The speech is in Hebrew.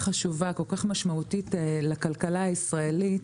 חשובה וכול כך משמעותית לכלכלה הישראלית.